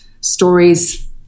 stories